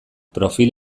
profil